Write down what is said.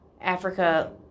Africa